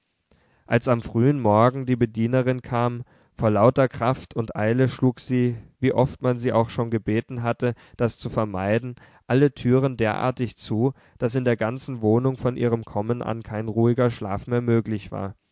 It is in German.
als am frühen morgen die bedienerin kam vor lauter kraft und eile schlug sie wie oft man sie auch schon gebeten hatte das zu vermeiden alle türen derartig zu daß in der ganzen wohnung von ihrem kommen an kein ruhiger schlaf mehr möglich war